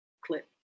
clip